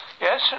Yes